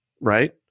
right